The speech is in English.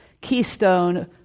keystone